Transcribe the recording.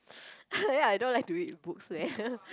I don't like to read books leh